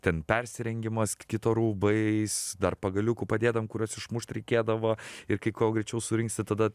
ten persirengimas kito rūbais dar pagaliukų padėdavom kuriuos išmušt reikėdavo ir kai kuo greičiau surinksi tada